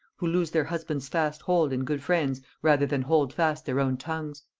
who lose their husbands' fast hold in good friends rather than hold fast their own tongues.